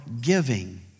giving